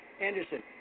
Anderson